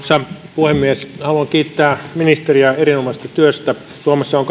puhemies haluan kiittää ministeriä erinomaisesta työstä suomessa on